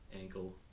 ankle